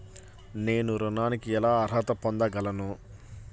నేను ఋణానికి ఎలా అర్హత పొందగలను?